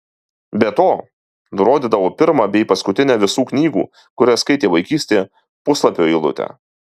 be to nurodydavo pirmą bei paskutinę visų knygų kurias skaitė vaikystėje puslapio eilutę